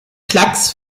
klacks